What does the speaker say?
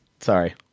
Sorry